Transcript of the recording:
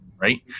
right